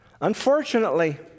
Unfortunately